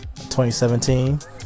2017